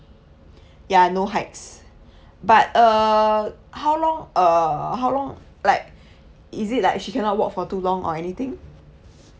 ya no hikes but uh how long uh how long like is it like she cannot walk for too long or anything